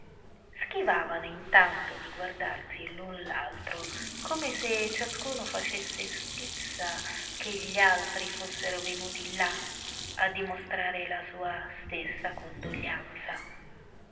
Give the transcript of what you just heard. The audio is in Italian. schivavano intanto di guardarsi l'un l'altro come se a ciascuno facesse stizza che gli altri fossero venuti là a dimostrare la sua stessa condoglianza